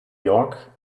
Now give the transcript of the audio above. york